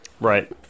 Right